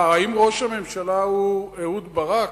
מה, האם ראש הממשלה הוא אהוד ברק?